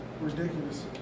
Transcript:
Ridiculous